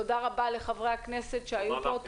תודה רבה לחברי הכנסת שהיו פה.